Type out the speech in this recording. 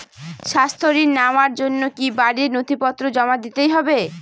স্বাস্থ্য ঋণ নেওয়ার জন্য কি বাড়ীর নথিপত্র জমা দিতেই হয়?